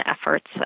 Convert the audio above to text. efforts